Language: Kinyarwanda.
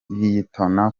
liyetona